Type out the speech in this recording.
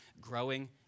growing